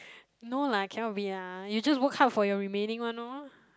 no lah cannot be ah you just work hard for your remaining one lor